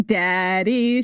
daddy